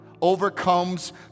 overcomes